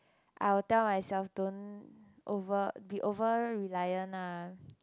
I'll tell myself don't over be over reliant ah